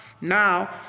Now